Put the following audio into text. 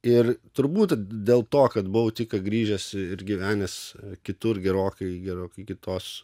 ir turbūt dėl to kad buvau tik ką grįžęs ir gyvenęs kitur gerokai gerokai kitos